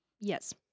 Yes